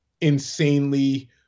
insanely